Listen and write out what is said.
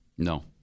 No